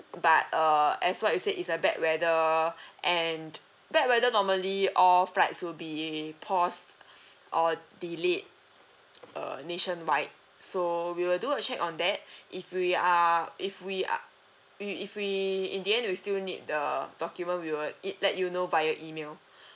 but err as what you said it's a bad weather and bad weather normally all flights will be paused or delayed err nationwide so we will do a check on that if we are if we are we if we in the end we still need the document we were it let you know via email